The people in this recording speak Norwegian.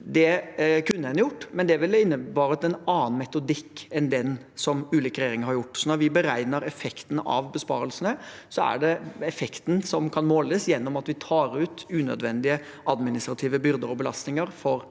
Det kunne en gjort, men det ville innebåret en annen metodikk enn den ulike regjeringer har hatt. Når vi beregner effekten av besparelsene, er det effekten som kan måles gjennom at vi tar ut unødvendige administrative byrder og belastninger for